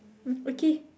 okay